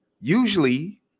Usually